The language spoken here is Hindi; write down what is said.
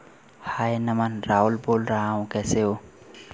हाय नमन राहुल बोल रहा हूँ कैसे हो